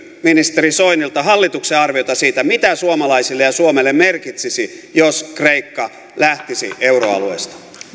ministeri soinilta hallituksen arviota siitä mitä suomalaisille ja suomelle merkitsisi jos kreikka lähtisi euroalueesta